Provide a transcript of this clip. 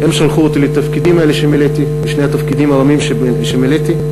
הם שלחו אותי לתפקידים האלה שמילאתי,